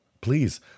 Please